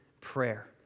prayer